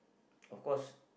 of course